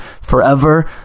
Forever